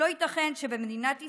לא ייתכן שבמדינת ישראל,